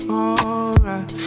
alright